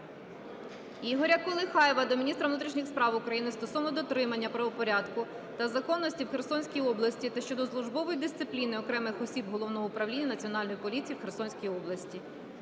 Ігоря Колихаєва до міністра внутрішніх справ України стосовно дотримання правопорядку та законності в Херсонській області та щодо службової дисципліни окремих осіб Головного управління Національної поліції в Херсонській області.